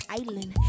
island